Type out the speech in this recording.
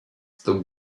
the